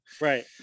right